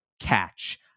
catch